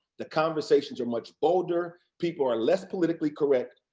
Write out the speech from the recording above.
the conversations are much bolder, people are less politically correct,